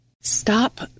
Stop